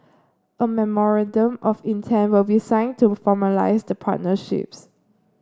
a memorandum of intent will be signed to formalise the partnerships